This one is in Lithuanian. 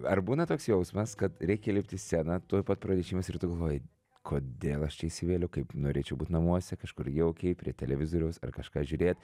ar būna toks jausmas kad reikia lipti į sceną tuoj pat pranešimas ir tu galvoji kodėl aš čia įsivėliau kaip norėčiau būt namuose kažkur jaukiai prie televizoriaus ar kažką žiūrėt